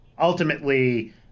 Ultimately